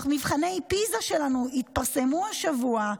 מבחני פיז"ה שלנו התפרסמו השבוע,